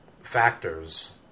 factors